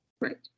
right